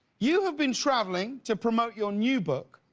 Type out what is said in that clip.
you have been traveling to promote your new book.